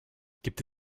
gibt